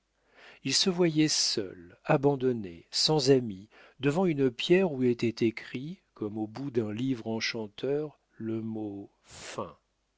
il se voyait seul abandonné sans amis devant une pierre où était écrit comme au bout d'un livre enchanteur le mot fin